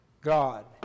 God